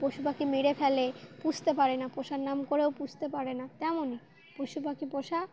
পশু পাাখি মেরে ফেলে পুষতে পারে না পোষার নাম করেও পুষতে পারে না তেমনই পশু পাখি পোষাক